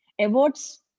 awards